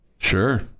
Sure